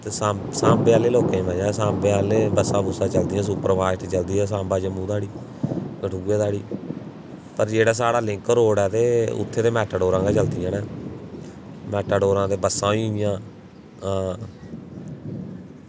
ते सांबे आह्ले लोकें मज़ा ऐ सांबे बस्सां चलदियां सुपरफॉस्ट बस्सां चलदियां सांबा जम्मू धोड़ी कठुआ धोड़ी पर जेह्ड़ा साढ़ा लिंक रोड़ ऐ उत्थें मेटाडोरां गै चलदियां न मेटाडोरा